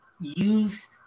use